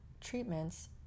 treatments